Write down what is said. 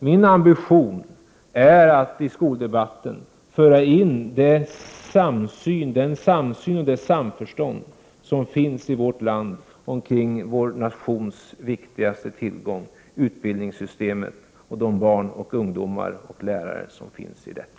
Min ambition är att i skoldebatten föra in den samsyn och det samförstånd som finns i vårt land kring vår nations viktigaste tillgång, utbildningssystemet och de barn, ungdomar och lärare som finns i detta.